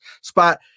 spot